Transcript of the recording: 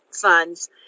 funds